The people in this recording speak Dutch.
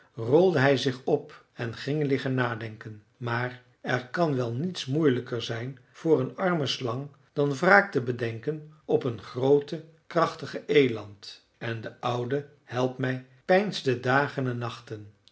rolde hij zich op en ging liggen nadenken maar er kan wel niets moeielijker zijn voor een arme slang dan wraak te bedenken op een grooten krachtigen eland en de oude helpmij peinsde dagen en nachten